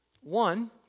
One